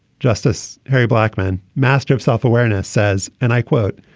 justice harry blackman, master of self-awareness, says, and i quote,